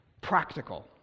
practical